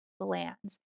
glands